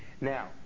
Now